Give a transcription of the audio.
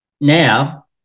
now